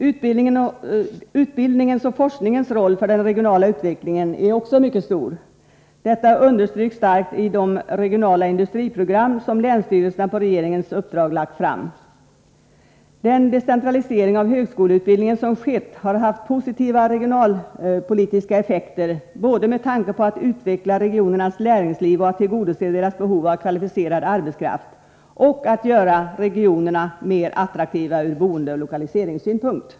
Utbildningens och forskningens roll för den regionala utvecklingen är också mycket stor. Detta understryks starkt i de regionala industriprogram som länsstyrelserna på regeringens uppdrag lagt fram. Den decentralisering av högskoleutbildningen som skett har haft positiva regionalpolitiska effekter, både med tanke på utvecklingen av regionernas näringsliv och tillgodoseendet av deras behov av kvalificerad arbetskraft och önskemålet att göra regionerna mera attraktiva ur boendeoch lokaliseringssynpunkt.